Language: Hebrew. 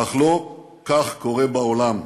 אך לא כך קורה בעולם.